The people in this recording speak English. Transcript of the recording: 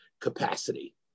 capacity